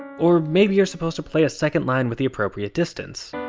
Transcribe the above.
or maybe you're supposed to play a second line with the appropriate distance.